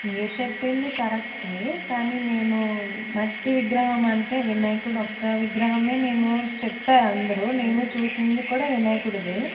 మీరు చెప్పింది కరక్ట్ ఏ కానీ నేను మట్టి విగ్రహం అంటే వినాయకుడి ఒక్క విగ్రహమే నేను చెప్పారు అందరూ నేను చూసినవి కూడా వినాయకుడివే